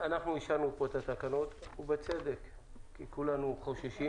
אנחנו אישרנו פה את התקנות ובצדק כי כולנו חוששים